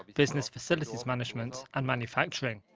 business facilities management, and manufacturing.